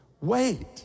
Wait